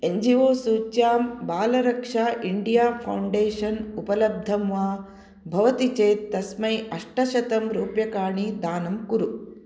N G O सूच्यां Balraksha India foundation उपलब्धं वा भवति चेत् तस्मै अष्ट शतम् रूप्यकाणि दानं कुरु